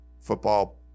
football